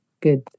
good